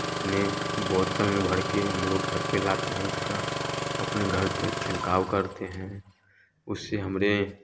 अपने बोतल में भर के हम लोग घर पर लाते हैं उसका अपने घर पर छलकाव करते हैं उससे हमारे